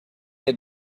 had